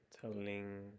telling